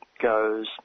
goes